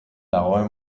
dagoen